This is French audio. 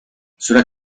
cela